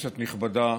כנסת נכבדה,